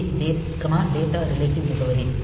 ஏ data relative முகவரி